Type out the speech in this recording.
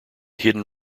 hidden